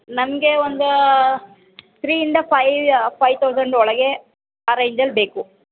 ನನಗೆ ಒಂದು ತ್ರೀ ಇಂದ ಫೈಯ ಫೈ ತೌಸಂಡ್ ಒಳಗೆ ಆ ರೇಂಜಲ್ಲಿ ಬೇಕು